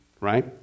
right